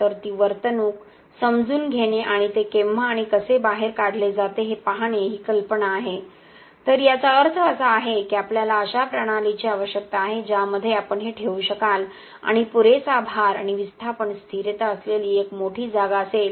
तर ती वर्तणूक समजून घेणे आणि ते केव्हा आणि कसे बाहेर काढले जाते हे पाहणे ही कल्पना आहे तर याचा अर्थ असा आहे की आपल्याला अशा प्रणालीची आवश्यकता आहे ज्यामध्ये आपण हे ठेवू शकाल आणि पुरेसा भार आणि विस्थापन स्थिरता असलेली एक मोठी जागा असेल